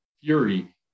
fury